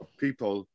people